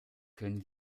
können